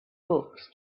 books